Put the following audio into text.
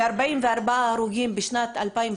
ו-44 הרוגים בשנת 2019,